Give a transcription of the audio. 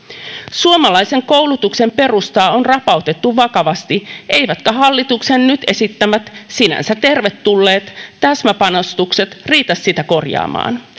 suomalaisen koulutuksen perustaa on rapautettu vakavasti eivätkä hallituksen nyt esittämät sinänsä tervetulleet täsmäpanostukset riitä sitä korjaamaan